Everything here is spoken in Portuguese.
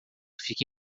fica